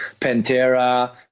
pantera